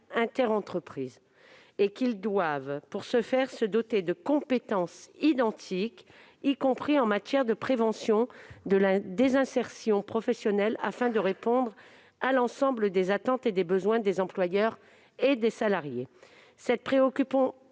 interentreprises (SPSTI). Pour ce faire, les SPSTA doivent se doter de compétences identiques, y compris en matière de prévention de la désinsertion professionnelle, afin de répondre à l'ensemble des attentes et des besoins des employeurs et des salariés. Cette préoccupation